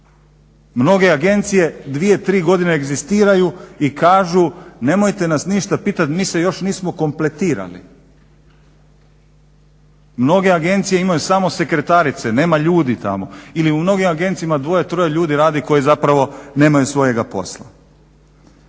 Mnoge agencije dvije, tri godine egzistiraju i kažu nemojte nas ništa pitati. Mi se još nismo kompletirali. Mnoge agencije imaju samo sekretarice, nema ljudi tamo ili u mnogim agencijama dvoje, troje ljudi radi koji zapravo nemaju svojega posla.